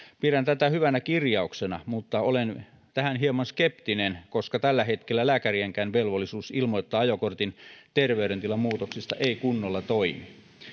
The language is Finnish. pidän tätä hyvänä kirjauksena mutta olen tähän hieman skeptinen koska tällä hetkellä lääkärienkään velvollisuus ilmoittaa ajokortin haltijan terveydentilan muutoksista ei kunnolla toimi